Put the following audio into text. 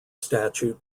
statute